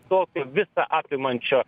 tokio visa apimančio